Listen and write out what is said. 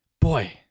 boy